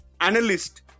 analyst